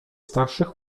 starszych